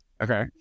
Okay